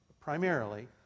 primarily